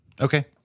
Okay